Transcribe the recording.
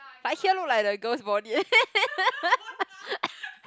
like here looks like the girl's body